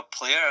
player